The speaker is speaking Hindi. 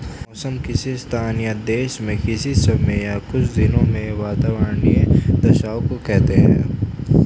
मौसम किसी स्थान या देश में किसी समय या कुछ दिनों की वातावार्नीय दशाओं को कहते हैं